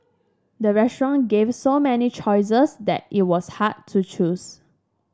the restaurant gave so many choices that it was hard to choose